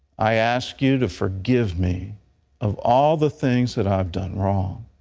i ask you to forgive me of all the things that i've done wrong.